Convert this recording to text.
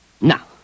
Now